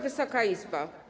Wysoka Izbo!